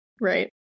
right